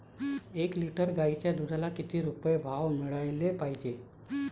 एक लिटर गाईच्या दुधाला किती रुपये भाव मिळायले पाहिजे?